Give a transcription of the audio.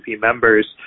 members